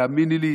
תאמיני לי,